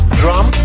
drum